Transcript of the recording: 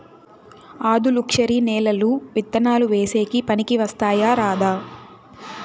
ఆధులుక్షరి నేలలు విత్తనాలు వేసేకి పనికి వస్తాయా రాదా?